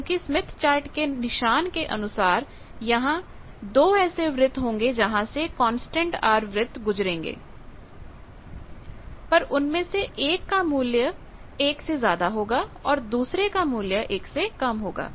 क्योंकि Smith chart के निशान के अनुसार यहां 2 ऐसे वृत्त होंगे जहां से कांस्टेंट R वृत्त गुजरेंगे पर उनमें से एक का मूल्य 1 से ज्यादा होगा और दूसरे का मूल्य 1 से कम होगा